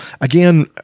Again